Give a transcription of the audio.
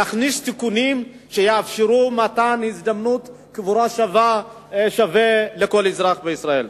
להכניס תיקונים שיאפשרו מתן הזדמנות קבורה שווה לכל אזרח בישראל.